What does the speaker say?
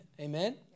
Amen